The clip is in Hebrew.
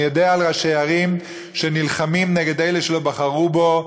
אני יודע על ראשי ערים שנלחמים נגד אלה שלא בחרו בהם,